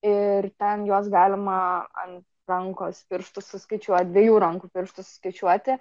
ir ten juos galima an rankos pirštų suskaičiuot dviejų rankų pirštų suskaičiuoti